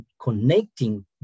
connecting